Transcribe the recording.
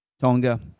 Tonga